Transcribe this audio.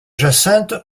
jacinthe